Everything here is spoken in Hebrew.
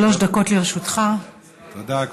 תודה.